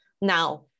Now